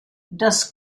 das